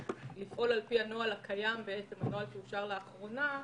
לפעול על פי הנוהל הקיים, הנוהל שאושר לאחרונה,